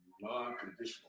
non-conditional